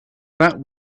that